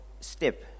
step